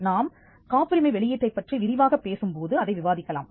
நாம் காப்புரிமை வெளியீட்டைப் பற்றி விரிவாக பேசும்போது அதை விவாதிக்கலாம்